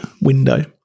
window